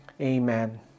amen